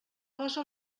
cosa